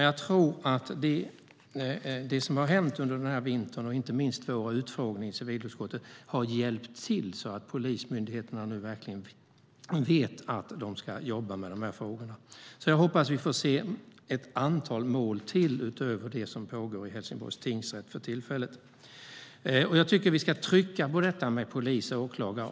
Jag tror dock att det som har hänt den här vintern, inte minst vår utfrågning i civilutskottet, har hjälpt till så att polismyndigheterna nu vet att de ska jobba med de här frågorna. Jag hoppas att vi får se ett antal mål utöver det som för tillfället pågår i Helsingborgs tingsrätt. Jag tycker att vi ska trycka på detta med polis och åklagare.